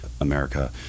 America